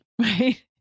right